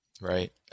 right